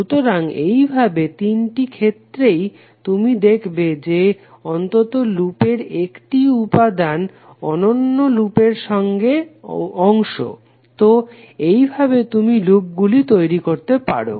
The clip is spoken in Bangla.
সুতরাং এইসব তিনটি ক্ষেত্রেই তুমি দেখবে যে অন্তত লুপের একটি উপাদান অনন্য লুপের অংশ নয় তো এইভাবে তুমি লুপগুলি তৈরি করতে পারো